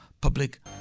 Public